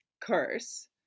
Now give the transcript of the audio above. curse